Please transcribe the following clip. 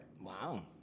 Wow